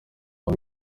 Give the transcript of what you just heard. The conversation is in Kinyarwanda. aba